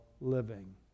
living